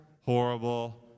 Horrible